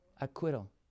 acquittal